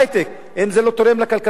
האם זה לא תורם לכלכלית המדינה?